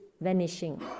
vanishing